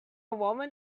woman